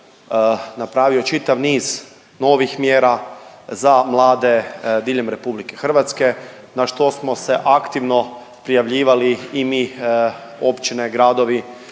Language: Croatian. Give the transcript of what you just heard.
napravio čitav niz novih mjera za mlade diljem RH, na što smo se aktivno prijavljivali i mi, općine, gradovi